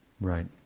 Right